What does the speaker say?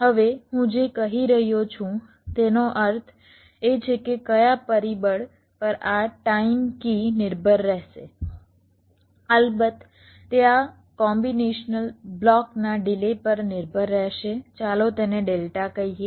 હવે હું જે કહી રહ્યો છું તેનો અર્થ એ છે કે કયા પરિબળ પર આ ટાઇમ કી નિર્ભર રહેશે અલબત્ત તે આ કોમ્બિનેશનલ બ્લોકના ડિલે પર નિર્ભર રહેશે ચાલો તેને ડેલ્ટા કહીએ